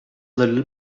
little